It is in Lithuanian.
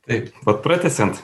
taip vat pratęsiant